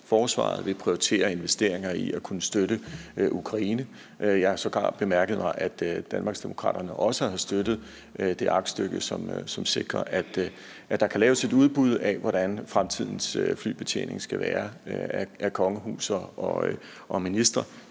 forsvaret og vi prioriterer investeringer i at kunne støtte Ukraine. Jeg har sågar bemærket, at Danmarksdemokraterne også har støttet det aktstykke, som sikrer, at der kan laves et udbud af, hvordan fremtidens flybetjening skal være for kongehus og ministre.